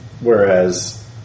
Whereas